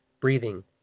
breathing